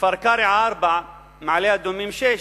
כפר-קרע, 4, מעלה-אדומים, 6,